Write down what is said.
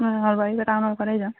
অঁ হ'ব এইবাৰ টাউনৰ পৰাই যাম